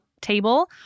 table